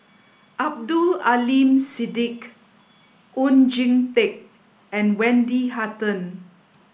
Abdul Aleem Siddique Oon Jin Teik and Wendy Hutton